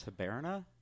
Taberna